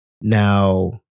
Now